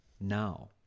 now